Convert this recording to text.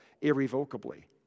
irrevocably